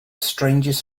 strangest